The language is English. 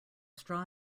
straw